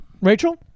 Rachel